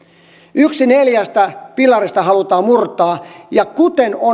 yksi neljästä pilarista halutaan murtaa kuten